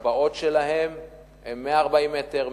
התב"עות שלהם הן 140 מ"ר,